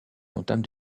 entame